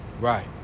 Right